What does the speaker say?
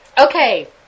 Okay